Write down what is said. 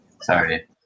sorry